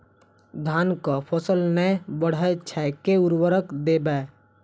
धान कऽ फसल नै बढ़य छै केँ उर्वरक देबै?